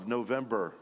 November